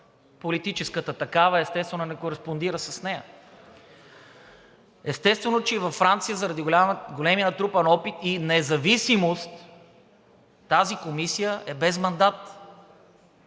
политическата такава, естествено, не кореспондира с нея. Естествено, че във Франция, заради големия натрупан опит и независимост тази комисия е без мандат.